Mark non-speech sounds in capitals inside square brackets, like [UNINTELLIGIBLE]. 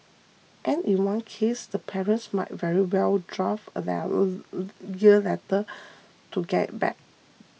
and in one case the parents might very well draft a [UNINTELLIGIBLE] letter to get it back